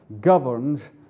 governs